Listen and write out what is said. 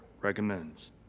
recommends